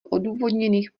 odůvodněných